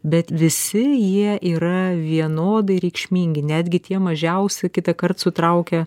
bet visi jie yra vienodai reikšmingi netgi tie mažiausi kitąkart sutraukia